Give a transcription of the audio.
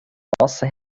nossa